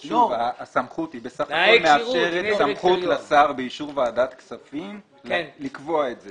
הסמכות בסך הכול מאפשרת סמכות לשר באישור ועדת הכספים לקבוע את זה.